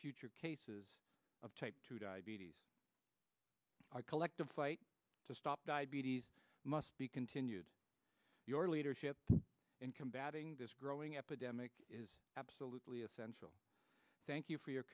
future cases of type two diabetes our collective fight to stop diabetes must be continued your leadership in combating this growing epidemic is absolutely essential thank you for your